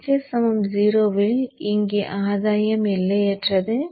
ω 0 இல் இங்கே ஆதாயம் எல்லையற்றது